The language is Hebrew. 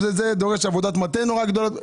זה דורש עבודת מטה מאוד גדולה.